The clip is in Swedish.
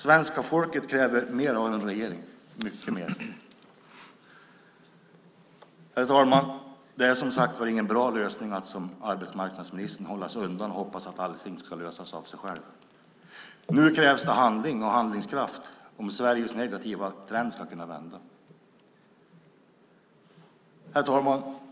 Svenska folket kräver mer av en regering, mycket mer. Herr talman! Det är som sagt ingen bra lösning att som arbetsmarknadsministern hålla sig undan och hoppas att allting ska lösas av sig själv. Nu krävs det handling och handlingskraft om Sveriges negativa trend ska kunna vända. Herr talman!